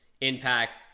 impact